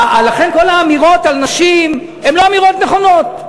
לכן, כל האמירות על נשים הן לא אמירות נכונות.